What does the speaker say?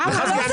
למה?